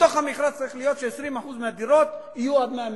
בתוך המכרז צריך להיות ש-20% מהדירות יהיו עד 100 מ"ר.